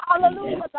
hallelujah